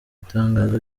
itangazo